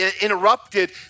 interrupted